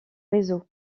réseau